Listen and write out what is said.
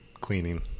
cleaning